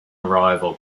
arrival